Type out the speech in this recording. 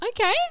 Okay